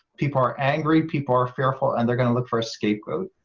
people are angry, people are fearful, and they're going to look for a scapegoat.